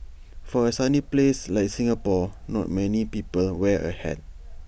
for A sunny place like Singapore not many people wear A hat